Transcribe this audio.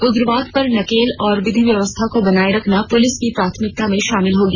उग्रवाद पर नकेल और विधि व्यवस्था को बनाए रखना पुलिस की प्राथमिकता में शामिल होगी